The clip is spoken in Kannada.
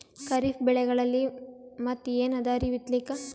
ಖರೀಫ್ ಬೆಳೆಗಳಲ್ಲಿ ಮತ್ ಏನ್ ಅದರೀ ಬಿತ್ತಲಿಕ್?